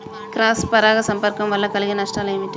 Cross పరాగ సంపర్కం వల్ల కలిగే నష్టాలు ఏమిటి?